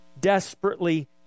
desperately